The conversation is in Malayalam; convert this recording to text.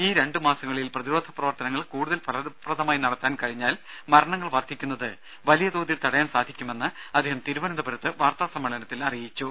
ഈ രണ്ടു മാസങ്ങളിൽ പ്രതിരോധ പ്രവർത്തനങ്ങൾ കൂടുതൽ ഫലപ്രദമായി നടത്താൻ കഴിഞ്ഞാൽ മരണങ്ങൾ വർധിക്കുന്നത് വലിയ തോതിൽ തടയാൻ സാധിക്കുമെന്ന് അദ്ദേഹം തിരുവനന്തപുരത്ത് വാർത്താ സമ്മേളനത്തിൽ അറിയിച്ചു